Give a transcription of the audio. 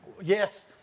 yes